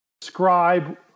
describe